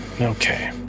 Okay